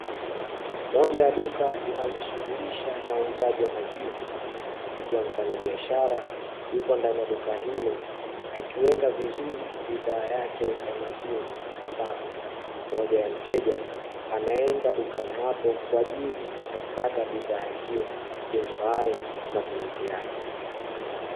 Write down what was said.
Moja ya duka linalojishuhulisha na uuzaji wa maziwa, ikiwa mfanyabiashara, akiwa ndani ya duka hilo akiweka vizuri bidhaa yake ya maziwa ambapo mteja anaenda dukani hapo kwa ajili ya kupata bidha hio imfaayo kwa ajili ya matumizi yake.